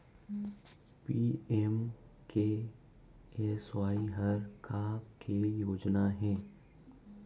PMKSY हर का के योजना हे?